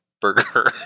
burger